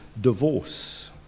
Divorce